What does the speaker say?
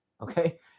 Okay